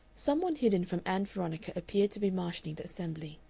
some one hidden from ann veronica appeared to be marshalling the assembly.